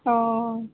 অঁ